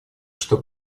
что